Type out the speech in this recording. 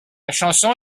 chanson